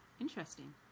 Interesting